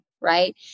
right